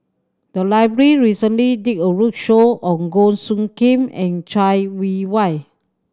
the library recently did a roadshow on Goh Soo Khim and Chai Yee Wei